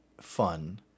fun